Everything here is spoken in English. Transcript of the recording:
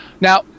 Now